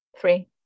Three